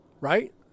right